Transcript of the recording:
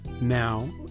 now